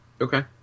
Okay